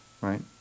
right